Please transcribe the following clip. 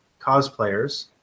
cosplayers